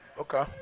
Okay